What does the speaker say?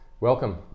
Welcome